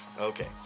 Okay